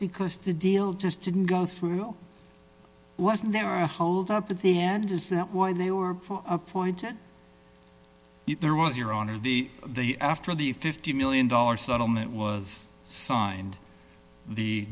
because the deal just didn't go through wasn't there a hold up at the end is that why they were appointed there was your honor the they after the fifty million dollars settlement was signed the